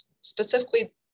specifically